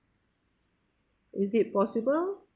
is it possible